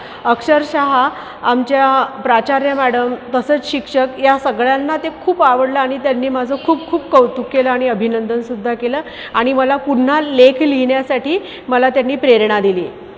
अक्षरशः आमच्या प्राचार्य मॅडम तसंच शिक्षक या सगळ्यांना ते खूप आवडला आणि त्यांनी माझं खूप खूप कौतुक केलं आणि अभिनंदनसुद्धा केलं आणि मला पुन्हा लेख लिहिण्यासाठी मला त्यांनी प्रेरणा दिली